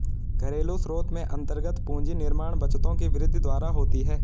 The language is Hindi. घरेलू स्रोत में अन्तर्गत पूंजी निर्माण बचतों की वृद्धि द्वारा होती है